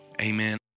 Amen